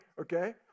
Okay